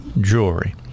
Jewelry